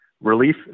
relief